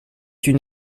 une